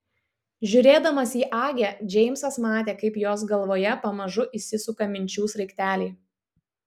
žiūrėdamas į agę džeimsas matė kaip jos galvoje pamažu įsisuka minčių sraigteliai